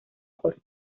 corto